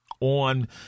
on